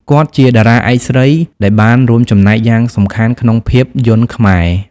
គាត់ជាតារាឯកស្រីដែលបានរួមចំណែកយ៉ាងសំខាន់ក្នុងភាពយន្តខ្មែរ។